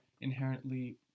inherently